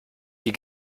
die